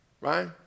Right